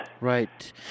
Right